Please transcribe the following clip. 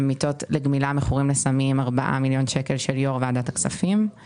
ארבעה מיליון שקל למיטות לגמילה למכורים בסמים הם של יו"ר ועדת הכספים,